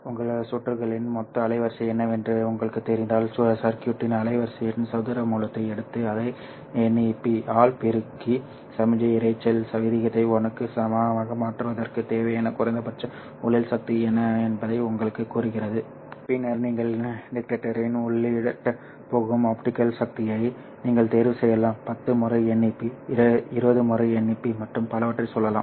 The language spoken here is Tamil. உங்கள் சுற்றுகளின் மொத்த அலைவரிசை என்னவென்று உங்களுக்குத் தெரிந்தால் சர்க்யூட்டின் அலைவரிசையின் சதுர மூலத்தை எடுத்து அதை NEP ஆல் பெருக்கி சமிக்ஞை இரைச்சல் விகிதத்தை 1 க்கு சமமாக மாற்றுவதற்கு தேவையான குறைந்தபட்ச ஒளியியல் சக்தி என்ன என்பதை உங்களுக்குக் கூறுகிறது பின்னர் நீங்கள் டிடெக்டரை உள்ளிடப் போகும் ஆப்டிகல் சக்தியை நீங்கள் தேர்வு செய்யலாம் 10 முறை NEP 20 மடங்கு NEP மற்றும் பலவற்றைச் சொல்லலாம்